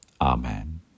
Amen